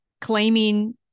claiming